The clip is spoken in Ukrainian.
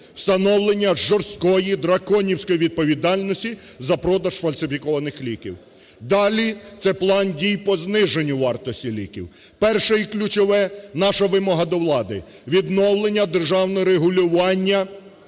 встановлення жорсткої драконівської відповідальності за продаж фальсифікованих ліків. Далі – це план дій по зниженню вартості ліків. Перше і ключове, наша вимога до влади: відновлення державного регулювання